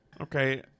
Okay